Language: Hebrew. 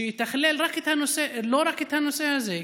שיתכלל לא רק את הנושא הזה,